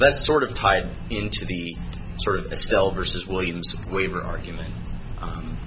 that's sort of tied into the sort of still versus williams weaver argument